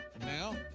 Now